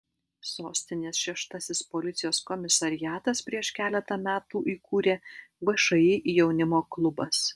sostinės šeštasis policijos komisariatas prieš keletą metų įkūrė všį jaunimo klubas